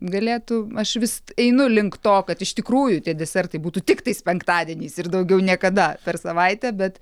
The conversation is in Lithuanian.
galėtų aš vis einu link to kad iš tikrųjų tie desertai būtų tik tais penktadieniais ir daugiau niekada per savaitę bet